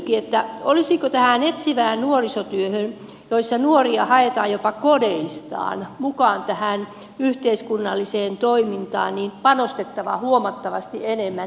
kysynkin olisiko tähän etsivään nuorisotyöhön jossa nuoria haetaan jopa kodeistaan mukaan tähän yhteiskunnalliseen toimintaan panostettava huomattavasti enemmän